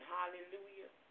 Hallelujah